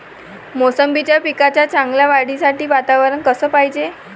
मोसंबीच्या पिकाच्या चांगल्या वाढीसाठी वातावरन कस पायजे?